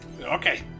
Okay